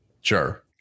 sure